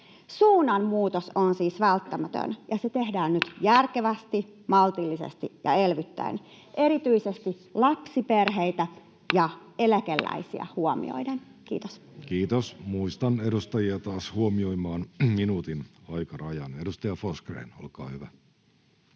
Suunnanmuutos on siis välttämätön, ja se tehdään nyt järkevästi, maltillisesti ja elvyttäen erityisesti lapsiperheitä ja eläkeläisiä huomioiden. — Kiitos. Kiitos. — Muistutan edustajia taas huomioimaan minuutin aikarajan. — Edustaja Forsgrén, olkaa hyvä.